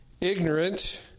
ignorant